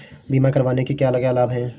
बीमा करवाने के क्या क्या लाभ हैं?